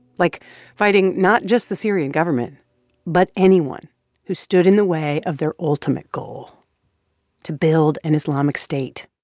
like fighting not just the syrian government but anyone who stood in the way of their ultimate goal to build an islamic state